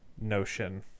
notion